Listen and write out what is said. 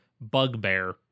bugbear